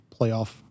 playoff